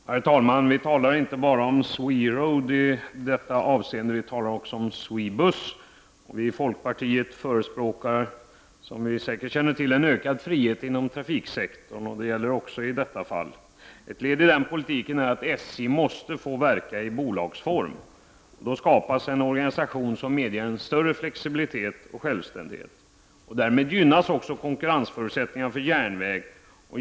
Herr talman! Det handlar inte bara om SweRoad i detta avseende. Vi talar också om SweBus. Vi i folkpartiet förespråkar, som alla säkert känner till, en ökad frihet inom trafiksektorn. Det gäller även i detta fall. Ett led i den politiken är att SJ måste få verka i bolagsform. Då skapas en organisation som medger en större flexibilitet och större självständighet. Därmed gynnas också konkurrensförutsättningar för järnvägen.